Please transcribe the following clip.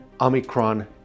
Omicron